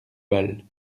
balles